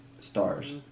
stars